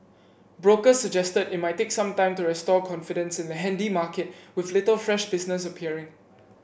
brokers suggested it might take some time to restore confidence in the handy market with little fresh business appearing